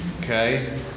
okay